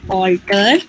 alter